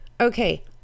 Okay